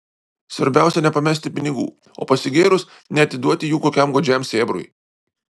svarbiausia nepamesti pinigų o pasigėrus neatiduoti jų kokiam godžiam sėbrui